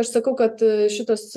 aš sakau kad šitas